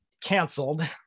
canceled